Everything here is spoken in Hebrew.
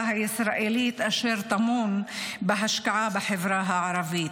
הישראלית אשר טמון בהשקעה בחברה הערבית.